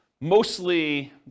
mostly